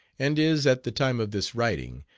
and is, at the time of this writing,